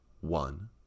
one